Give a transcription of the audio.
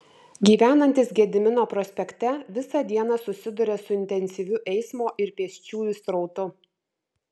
gyvenantys gedimino prospekte visą dieną susiduria su intensyviu eismo ir pėsčiųjų srautu